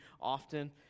often